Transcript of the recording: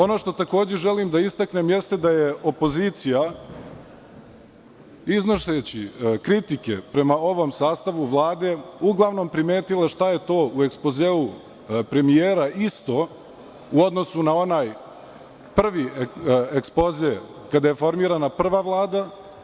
Ono što želim da istaknem jeste da je opozicija, iznoseći kritike prema ovom sastavu Vlade, primetila šta je to u ekspozeu premijera isto u odnosu na onaj prvi ekspoze kada je formirana prva Vlada.